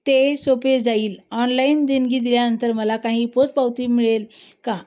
ते सोपे जाईल ऑनलाईन देणगी दिल्यानंतर मला काही पोच पावती मिळेल का